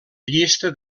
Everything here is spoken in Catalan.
llista